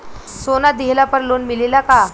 सोना दिहला पर लोन मिलेला का?